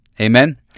Amen